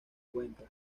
cuenca